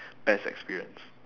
best experience